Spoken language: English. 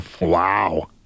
Wow